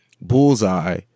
Bullseye